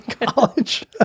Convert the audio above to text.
college